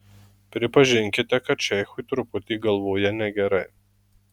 pripažinkite kad šeichui truputį galvoje negerai